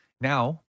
now